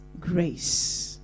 grace